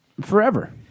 forever